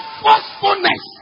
forcefulness